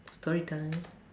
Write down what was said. story time